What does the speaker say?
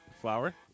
Flour